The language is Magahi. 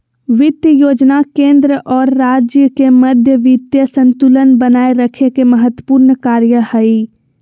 वित्त योजना केंद्र और राज्य के मध्य वित्तीय संतुलन बनाए रखे के महत्त्वपूर्ण कार्य हइ